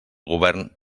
govern